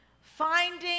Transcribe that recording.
Finding